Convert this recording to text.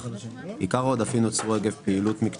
כמה זמן הוא צריך להישאר